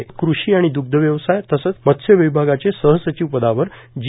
तसंच कृषी आणि दुग्ध व्यवसाय तसंच मत्स्य विभागाचे सहसचिव पदावर जी